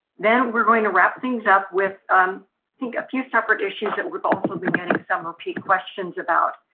then we're going to wrap things up with think a few separate issues that we've also been getting some repeat questions about.